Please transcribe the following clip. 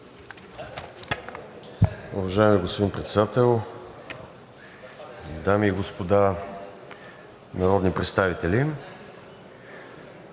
дами и господа народни представители!